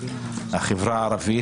החברה הערבית,